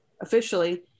Officially